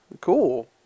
Cool